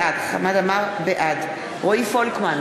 בעד רועי פולקמן,